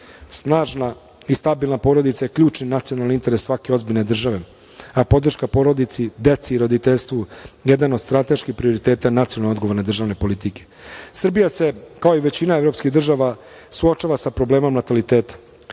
Snažna i stabilna porodica je ključni nacionalni interes svake ozbiljne države, a podrška porodici, deci i roditeljstvu jedan od strateških prioriteta nacionalno odgovorne državne politike. Srbija se, kao i većina evropskih država, suočava sa problemom nataliteta.